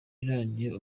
irangiye